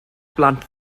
blant